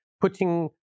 putting